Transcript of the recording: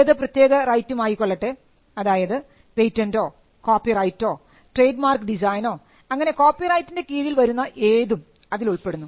ഏത് പ്രത്യേക റൈറ്റും ആയിക്കൊള്ളട്ടെ അതായത് പേറ്റന്റോ കോപ്പിറൈറ്റോ ട്രേഡ് മാർക്ക് ഡിസൈനോ അങ്ങനെ കോപ്പിറൈറ്റിൻറെ കീഴിൽ വരുന്ന ഏതും അതിൽ ഉൾപ്പെടുന്നു